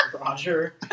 Roger